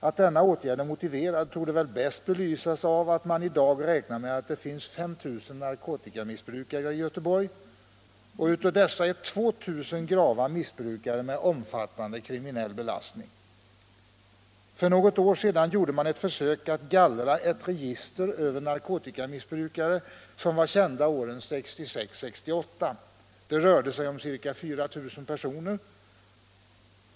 Att denna åtgärd är motiverad torde bäst belysas av att man i dag räknar med att det finns 5 000 narkotikamissbrukare i Göteborg. Av dessa är 2 000 grava missbrukare med omfattande kriminell belastning. För något år sedan gjorde man ett försök att gallra ett register över narkotikamissbrukare som var kända åren 1966-1968. Det rörde sig om ca 4000 personer.